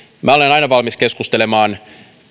minä olen aina valmis keskustelemaan